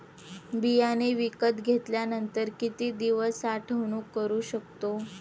बियाणे विकत घेतल्यानंतर किती दिवस साठवणूक करू शकतो?